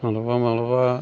मालाबा मालाबा